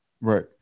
right